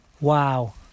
Wow